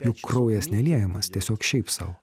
juk kraujas neliejamas tiesiog šiaip sau